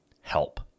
help